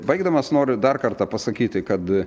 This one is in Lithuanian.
baigdamas noriu dar kartą pasakyti kad